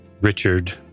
Richard